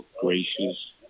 gracious